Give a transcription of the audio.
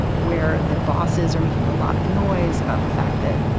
where their bosses are making a lot of noise about the fact that,